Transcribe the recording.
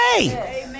Amen